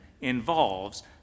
involves